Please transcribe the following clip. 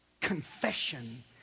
confession